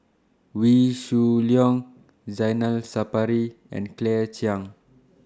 Wee Shoo Leong Zainal Sapari and Claire Chiang